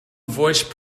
voice